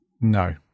No